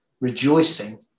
Rejoicing